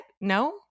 No